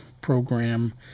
program